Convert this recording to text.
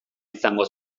izango